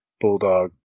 Bulldog